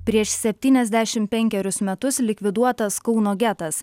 prieš septyniasdešim penkerius metus likviduotas kauno getas